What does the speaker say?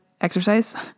exercise